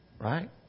Right